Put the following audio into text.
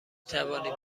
توانید